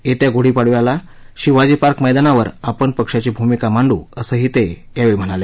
येत्या ग्ढीपाडव्याला शिवाजी पार्क मैदानावर आपण पक्षाची भ्मिका मांडू असंही ते यावेळी म्हणाले